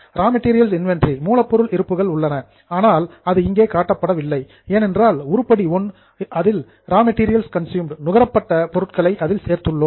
ரா material inventory மூலப்பொருள் இருப்புகள் உள்ளன ஆனால் அது இங்கே காட்டப்படவில்லை ஏனென்றால் உருப்படி I இல் ரா மெட்டீரியல் கன்ஸ்யூம்டு நுகரப்பட்ட மூலப்பொருட்களை அதில் சேர்த்துள்ளோம்